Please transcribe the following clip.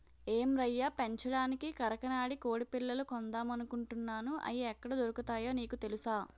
ఏం రయ్యా పెంచడానికి కరకనాడి కొడిపిల్లలు కొందామనుకుంటున్నాను, అయి ఎక్కడ దొరుకుతాయో నీకు తెలుసా?